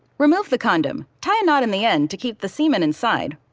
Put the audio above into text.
remove the condom, tie a knot in the end to keep the semen inside,